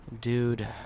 Dude